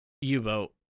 U-boat